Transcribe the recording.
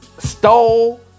Stole